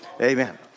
Amen